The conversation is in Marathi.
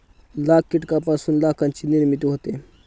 लाख कीटकांपासून लाखाची निर्मिती होते